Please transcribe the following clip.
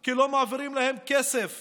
כי לא מעבירים להם כסף